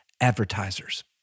Advertisers